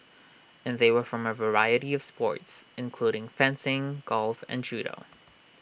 and they were from A variety of sports including fencing golf and judo